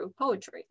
poetry